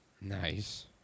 Nice